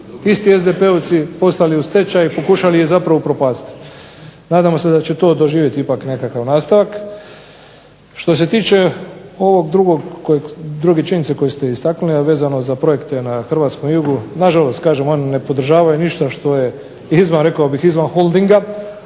isti SDP-ovci poslali u stečaj i pokušali je zapravo upropastiti. Nadamo se da će to doživjeti ipak nekakav nastavak. Što se tiče ove druge činjenice koju ste istaknuli, a vezano za projekte na hrvatskom jugu, nažalost kažem oni ne podržavaju ništa što je rekao bih izvan Holdinga,